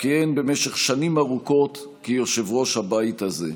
כיהן במשך שנים ארוכות כיושב-ראש הבית הזה.